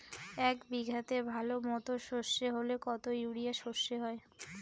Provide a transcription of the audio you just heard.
এক বিঘাতে ভালো মতো সর্ষে হলে কত ইউরিয়া সর্ষে হয়?